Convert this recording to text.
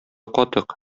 катык